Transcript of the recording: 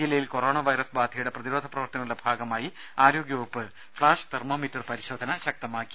ജില്ലയിൽ corona virus ബാധയുടെ പ്രതിരോധ പ്രവർത്തനങ്ങളുടെ ഭാഗമായി ആരോഗ്യ വകുപ്പ് ഫ്ളാഷ് തെർമോ മീറ്റർ പരിശോധന ശക്തമാക്കി